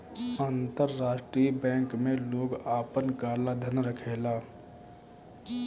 अंतरराष्ट्रीय बैंक में लोग आपन काला धन रखेला